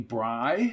Bry